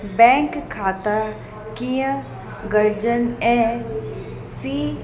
bank खाता कीअं गॾिजनि ऐं सी